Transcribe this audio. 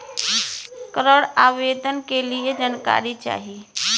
ऋण आवेदन के लिए जानकारी चाही?